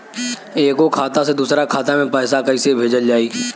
एगो खाता से दूसरा खाता मे पैसा कइसे भेजल जाई?